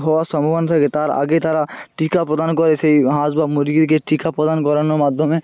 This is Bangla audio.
হওয়ার সম্ভাবনা থাকে তার আগে তারা টিকা প্রদান করে সেই হাঁস বা মুরগিকে টিকা প্রদান করানোর মাধ্যমে